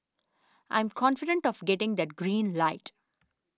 I'm confident of getting that green light